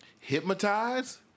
Hypnotize